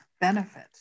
benefit